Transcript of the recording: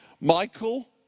Michael